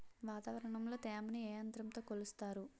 వాతావరణంలో తేమని ఏ యంత్రంతో కొలుస్తారు?